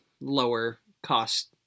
lower-cost